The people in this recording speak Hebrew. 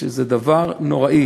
שזה דבר נורא.